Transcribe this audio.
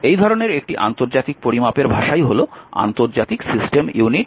এই ধরনের একটি আন্তর্জাতিক পরিমাপের ভাষাই হল আন্তর্জাতিক সিস্টেম ইউনিট